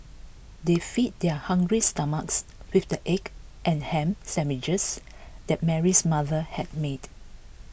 they fed their hungry stomachs with the egg and ham sandwiches that Mary's mother had made